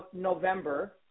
November